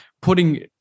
putting